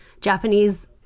japanese